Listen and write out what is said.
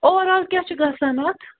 over آل کیٛاہ چھِ گژھان اَتھ